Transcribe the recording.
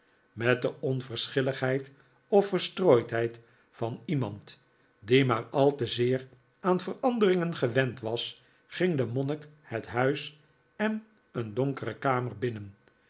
met de onverschilligheid of verstrooidheid van iemand die maar al te zeer aan veranderingen gewend was ging de monnik het huis en een donkere kamer binnen